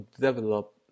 develop